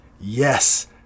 yes